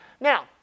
Now